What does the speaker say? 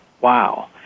wow